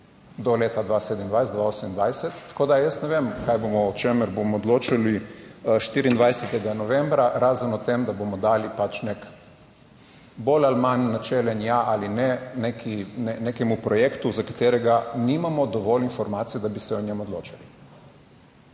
do leta 2027, 2028, tako da jaz ne vem kaj bomo, o čemer bomo odločali. 24. novembra. Razen o tem, da bomo dali pač nek bolj ali manj načelen ja ali ne nekemu projektu, za katerega nimamo dovolj informacij, da bi se o njem odločali.